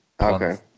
Okay